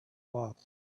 boss